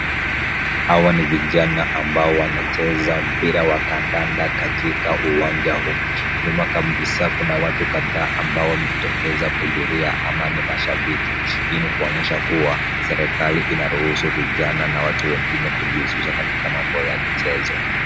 Hawa ni vijana ambao wanacheza mpira wa kandanda katika uwanja huu. Nyuma kabisa kuna watu kadhaa ambao wamejitokeza kuhudhuria ama ni mashabiki. Hii ni kuonyesha kuwa serikali inaruhusu vijana na watu wengine kujihusisha kwa mambo ya michezo.